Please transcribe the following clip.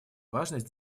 важность